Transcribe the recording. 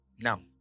Now